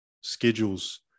Schedules